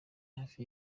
hafi